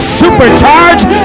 supercharged